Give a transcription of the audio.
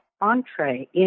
entree